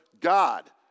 God